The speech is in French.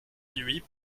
nuit